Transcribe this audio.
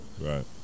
Right